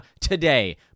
today